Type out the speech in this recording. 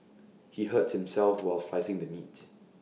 he hurt himself while slicing the meat